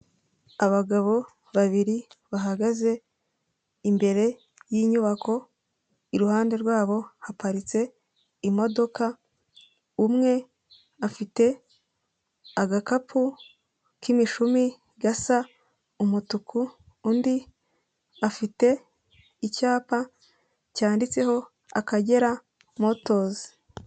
Abagabo babiri bahagaze imbere yinyubako iruhande rwabo haparitse imodoka umwe afite agakapu k'imishumi gasa umutuku undi afite icyapa cyanditseho Akagera motozi.